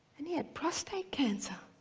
and he had prostate cancer.